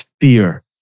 fear